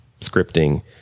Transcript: scripting